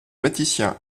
mathématiciens